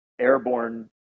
airborne